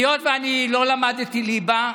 היות שאני לא למדתי ליבה,